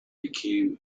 became